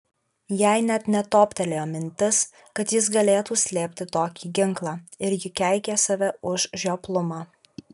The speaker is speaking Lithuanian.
jai net netoptelėjo mintis kad jis galėtų slėpti tokį ginklą ir ji keikė save už žioplumą